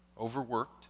overworked